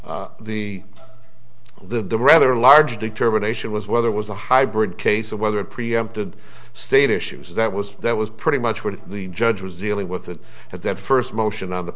the rather large determination was whether it was a hybrid case of whether to preempt the state issues that was that was pretty much what the judge was ealing with that at that first motion on the